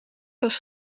was